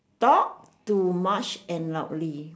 talk too much and loudly